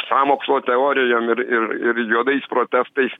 sąmokslo teorijom ir ir ir juodais protestais